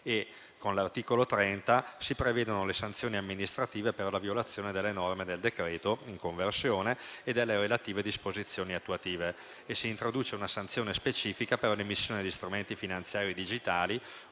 Con l'articolo 30 si prevedono le sanzioni amministrative per la violazione delle norme del decreto in conversione e delle relative disposizioni attuative. Si introduce una sanzione specifica per l'emissione di strumenti finanziari digitali